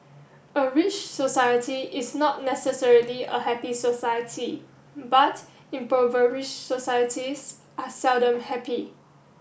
a rich society is not necessarily a happy society but impoverish societies are seldom happy